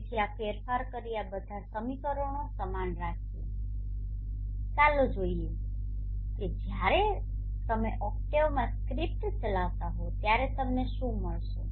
તેથી આ ફેરફાર કરીને અને બધા સમીકરણો સમાન રાખીને ચાલો જોઈએ કે જ્યારે તમે ઓક્ટેવમાં સ્ક્રિપ્ટ ચલાવતા હો ત્યારે તમને શું મળશે